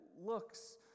looks